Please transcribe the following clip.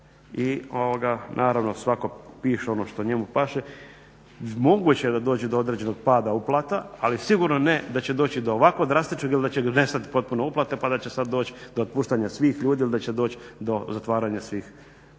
i naravno svatko piše ono što njemu paše. Moguće da dođe do određenog pada uplata ali sigurno ne da će doći do ovako drastičnog ili da će nestati potpuno uplate pa da će sada doći do otpuštanja svih ljudi ili da će doći do zatvaranja svih